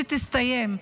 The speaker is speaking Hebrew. שתסתיים.